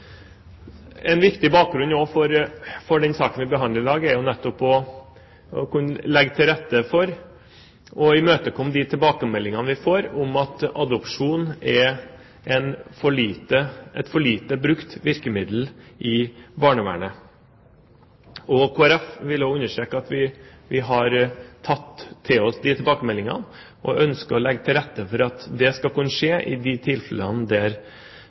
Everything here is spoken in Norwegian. En viktig bakgrunn for den saken vi behandler i dag, er nettopp å kunne legge til rette for å imøtekomme de tilbakemeldingene vi får om at adopsjon er et for lite brukt virkemiddel innen barnevernet. Kristelig Folkeparti vil understreke at vi har tatt til oss tilbakemeldingene, og vi ønsker å legge til rette for at det skal kunne skje i de tilfellene